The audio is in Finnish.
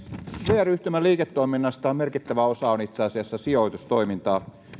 vr yhtymän liiketoiminnasta merkittävä osa on itse asiassa sijoitustoimintaa